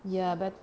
ya but